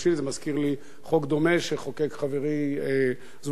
זה מזכיר לי חוק דומה שחוקק חברי זבולון